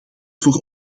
voor